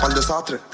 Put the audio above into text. um disaster